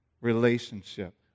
relationship